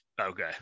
okay